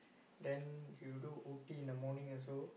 then you do O_T in the morning also